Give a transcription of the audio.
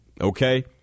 okay